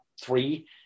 three